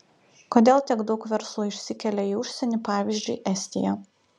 kodėl tiek daug verslo išsikelia į užsienį pavyzdžiui estiją